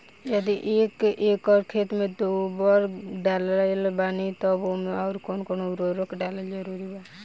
यदि एक एकर खेत मे गोबर डालत बानी तब ओमे आउर् कौन कौन उर्वरक डालल जरूरी बा?